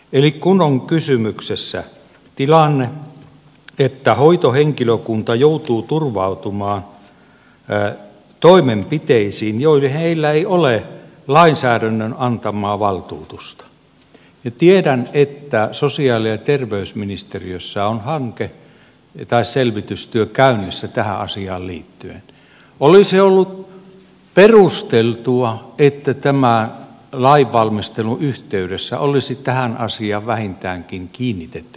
eli kun on kysymyksessä tilanne että hoitohenkilökunta joutuu turvautumaan toimenpiteisiin joihin sillä ei ole lainsäädännön antamaa valtuutusta ja tiedän että sosiaali ja terveysministeriössä on selvitystyö käynnissä tähän asiaan liittyen niin olisi ollut perusteltua että tämän lainvalmistelun yhteydessä olisi tähän asiaan vähintäänkin kiinnitetty huomiota